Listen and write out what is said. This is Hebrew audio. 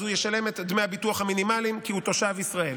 אז הוא ישלם את דמי הביטוח המינימליים כי הוא תושב ישראל.